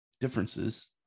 differences